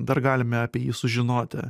dar galime apie jį sužinoti